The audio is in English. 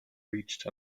reached